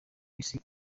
isi